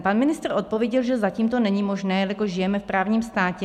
Pan ministr odpověděl, že zatím to není možné, jelikož žijeme v právním státě.